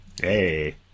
hey